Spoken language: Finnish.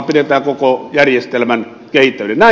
näin ei voi olla